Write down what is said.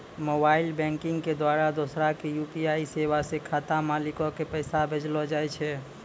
mobile banking के द्वारा दोसरा के यू.पी.आई सेबा से खाता मालिको के पैसा भेजलो जाय छै